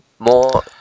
more